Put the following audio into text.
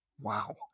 Wow